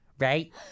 Right